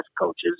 coaches